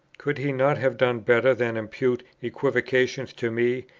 could he not have done better than impute equivocations to me,